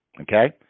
okay